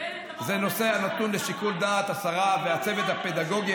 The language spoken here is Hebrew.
זה נושא הנתון לשיקול דעת השרה והצוות הפדגוגי